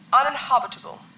uninhabitable